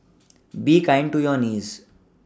be kind to your knees